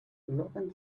looking